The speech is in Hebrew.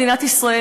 מדינת ישראל,